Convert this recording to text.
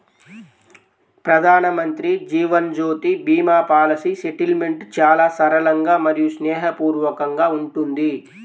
ప్రధానమంత్రి Jeevan Jyoti Bima policy settlement చాలా సరళంగా మరియు స్నేహపూర్వకంగా ఉంటుంది